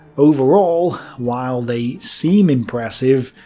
overall while they seem impressive,